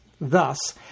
Thus